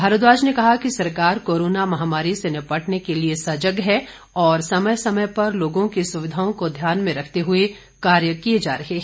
भारद्वाज ने कहा कि सरकार कोरोना महामारी से निपटने के लिए सजग है और समय समय पर लोगों की सुविधाओं को ध्यान में रखते हुए कार्य किए जा रहे हैं